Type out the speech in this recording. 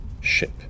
ship